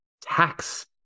tax